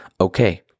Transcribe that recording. Okay